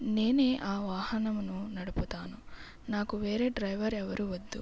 నేనే ఆ వాహనంను నడుపుతాను నాకు వేరే డ్రైవర్ ఎవరు వద్దు